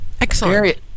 Excellent